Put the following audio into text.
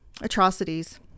atrocities